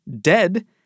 dead